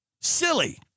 silly